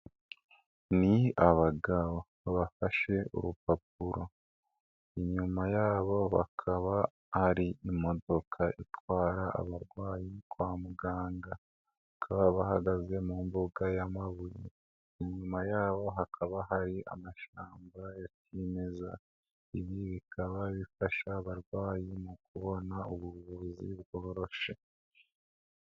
Ni abagabo, bafashe urupapuro, inyuma yabo hakaba hari imodoka itwara abarwayi kwa muganga, kakaba bahagaze mu mbuga y'amabuye, inyuma yabo hakaba hari amashyamba ya kimeza, ibi bikaba bifasha abarwayi mu kubona ubuvu bwoshye.